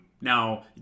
now